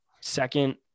Second